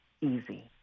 easy